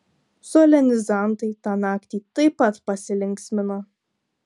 solenizantai tą naktį taip pat pasilinksmino